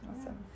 awesome